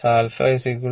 23 sin 40